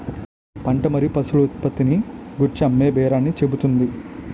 పంట మరియు పశువుల ఉత్పత్తిని గూర్చి అమ్మేబేరాన్ని చెబుతుంది